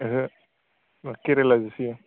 ओहो केरेलाजोंसो इयो